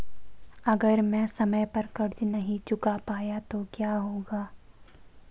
अगर मैं समय पर कर्ज़ नहीं चुका पाया तो क्या होगा?